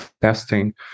testing